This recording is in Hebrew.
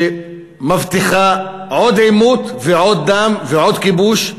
שמבטיחה עוד עימות ועוד דם ועוד כיבוש.